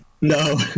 No